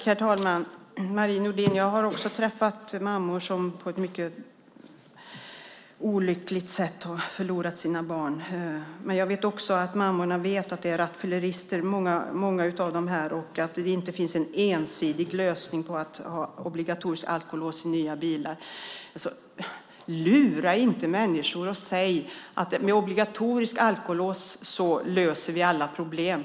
Herr talman! Jag har också träffat mammor som på ett mycket olyckligt sätt har förlorat sina barn, Marie Nordén. Men jag vet också att mammorna vet att många av förarna är rattfyllerister och att det inte finns en ensidig lösning med att ha alkolås i nya bilar. Lura inte människor genom att säga att vi med att införa obligatoriskt alkolås löser alla problem!